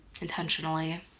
intentionally